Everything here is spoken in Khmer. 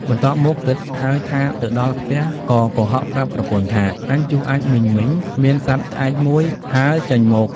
បន្ទាប់មកគិតហើយថាទៅដល់ផ្ទះក៏កុហកប្រាប់ប្រពន្ធថា “អញជុះអាចម៍មិញៗ មានសត្វក្អែកមួយ ហើរចេញមក។